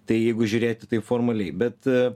tai jeigu žiūrėti taip formaliai bet